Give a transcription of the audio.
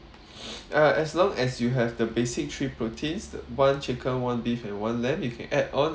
uh as long as you have the basic three proteins one chicken one beef and one lamb you can add on